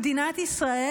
במדינת ישראל.